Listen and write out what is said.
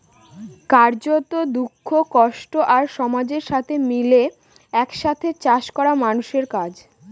কার্যত, দুঃখ, কষ্ট আর সমাজের সাথে মিলে এক সাথে চাষ করা মানুষের কাজ